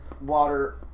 water